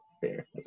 fair